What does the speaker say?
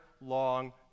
long